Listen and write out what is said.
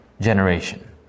generation